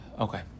Okay